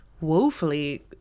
woefully